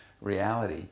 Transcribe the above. reality